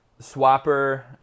Swapper